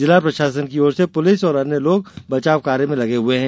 जिला प्रशासन की ओर से पुलिस और अन्य लोग बचाव कार्य में लगे हुए हैं